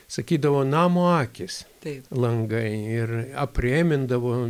sakydavo namo akys langai ir aprėmindavo